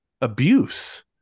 abuse